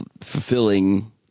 fulfilling